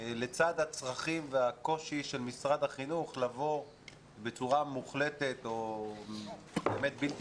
לצד הצרכים והקושי של משרד החינוך לבוא בצורה מוחלטת או באמת בלתי